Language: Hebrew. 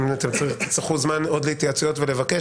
אם תצטרכו עוד זמן להתייעצויות, בסדר.